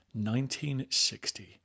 1960